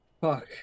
fuck